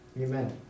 Amen